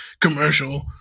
commercial